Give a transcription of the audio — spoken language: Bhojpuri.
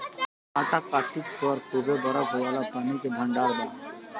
अंटार्कटिक पर खूबे बरफ वाला पानी के भंडार बा